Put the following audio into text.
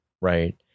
Right